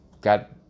got